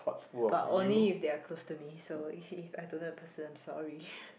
but only if they are close to me so if I don't know the person sorry